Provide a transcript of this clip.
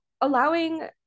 allowing